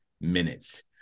minutes